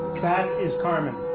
that is carmen.